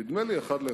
נדמה לי אחד לאחד,